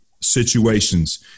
situations